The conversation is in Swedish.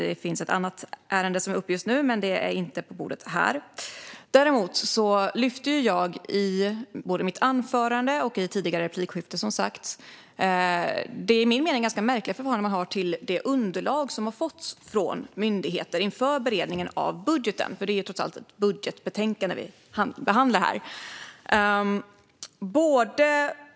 Det finns ett annat ärende om det som är uppe just nu, men det är inte på bordet här. Däremot lyfte jag både i mitt anförande och i tidigare replikskifte det i min mening ganska märkliga förhållande som man har till det underlag som man har fått från myndigheter inför beredningen av budgeten. Det är trots allt ett budgetbetänkande vi behandlar här.